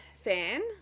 fan